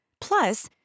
plus